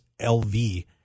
LV